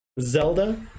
Zelda